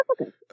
okay